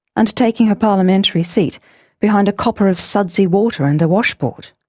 and taking her parliamentary seat behind a copper of sudsy water and a washboard.